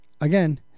again